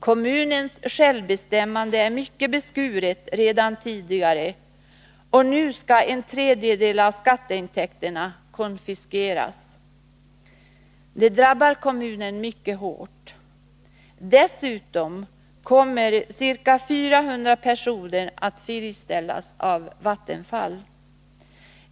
Kommunens självbestämmande är mycket beskuret redan tidigare, och nu skall en tredjedel av skatteintäkterna konfiskeras. Det drabbar kommunen mycket hårt. Dessutom kommer ca 400 personer att friställas av Vattenfall.